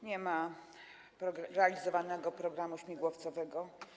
Nie ma realizowanego programu śmigłowcowego.